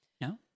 No